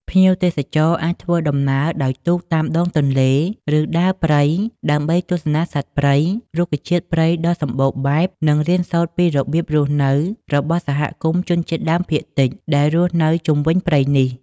ភ្ញៀវទេសចរអាចធ្វើដំណើរដោយទូកតាមដងទន្លេ ឬដើរព្រៃដើម្បីទស្សនាសត្វព្រៃ រុក្ខជាតិព្រៃដ៏សម្បូរបែប និងរៀនសូត្រពីរបៀបរស់នៅរបស់សហគមន៍ជនជាតិដើមភាគតិចដែលរស់នៅជុំវិញព្រៃនេះ។